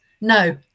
No